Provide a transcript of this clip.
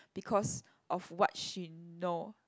because of what she know